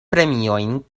premiojn